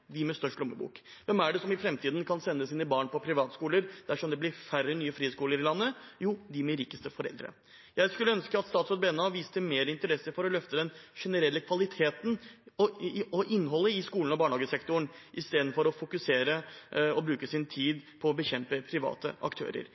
de med størst lommebok. Hvem er det som i framtiden kan sende sine barn på privatskoler dersom det blir færre nye friskoler i landet? Jo, det er de rikeste foreldrene. Jeg skulle ønske statsråd Brenna viste mer interesse for å løfte den generelle kvaliteten og innholdet i skole- og barnehagesektoren i stedet for å fokusere på og bruke sin tid på å bekjempe private aktører.